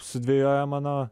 sudvejoja mano